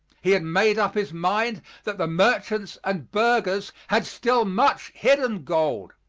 he had made up his mind that the merchants and burghers had still much hidden gold,